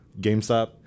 GameStop